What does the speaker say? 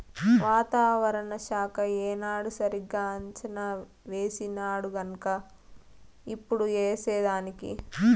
వాతావరణ శాఖ ఏనాడు సరిగా అంచనా వేసినాడుగన్క ఇప్పుడు ఏసేదానికి